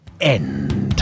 end